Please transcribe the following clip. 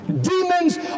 Demons